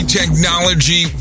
technology